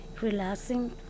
relaxing